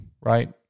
right